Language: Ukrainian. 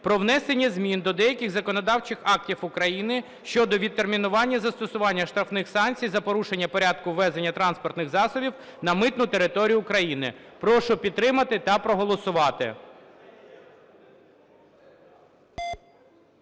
про внесення змін до деяких законодавчих актів України щодо відтермінування застосування штрафних санкцій за порушення порядку ввезення транспортних засобів на митну територію України. Прошу підтримати та проголосувати.